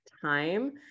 time